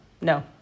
no